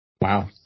Wow